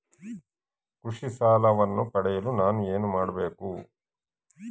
ಕೃಷಿ ಸಾಲವನ್ನು ಪಡೆಯಲು ನಾನು ಏನು ಮಾಡಬೇಕು?